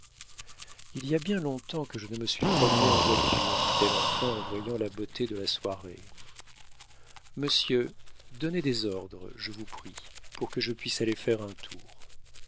il y a bien longtemps que je ne me suis promenée en voiture dit-elle enfin en voyant la beauté de la soirée monsieur donnez des ordres je vous prie pour que je puisse aller faire un tour